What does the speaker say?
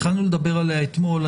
התחלנו לדבר עליה אתמול.